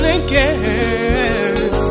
again